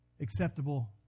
acceptable